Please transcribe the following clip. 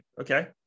Okay